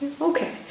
okay